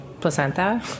placenta